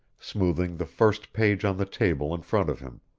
smoothing the first page on the table in front of him,